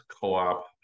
Co-op